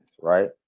right